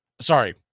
Sorry